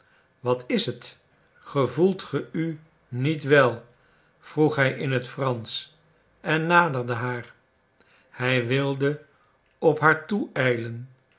wat is het gevoelt ge u niet wel vroeg hij in het fransch en naderde haar hij wilde op haar toeijlen